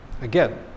again